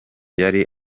yari